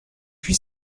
puis